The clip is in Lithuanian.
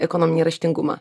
ekonominį raštingumą